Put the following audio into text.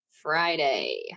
Friday